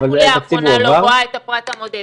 מה זה החוליה האחרונה לא רואה את הפרט הבודד?